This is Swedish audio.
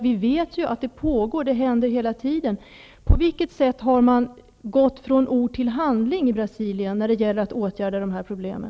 Vi vet ju att det pågår. Det händer hela tiden. Hur har man gått från ord till handling i Brasilien när det gäller att åtgärda de här problemen?